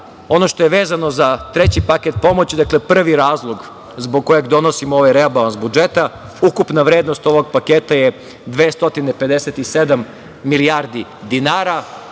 ono što je vezano za treći paket pomoći, dakle prvi razlog zbog kojeg donosimo ovaj rebalans budžeta, ukupna vrednost ovog paketa je 257 milijardi dinara.